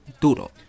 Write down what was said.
duro